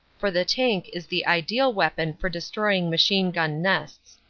for the tank is the ideal weapon for destroying machine gun nests.